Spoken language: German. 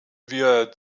wir